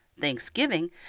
Thanksgiving